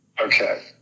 Okay